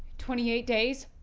twenty eight days?